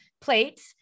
plates